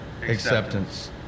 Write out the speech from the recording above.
acceptance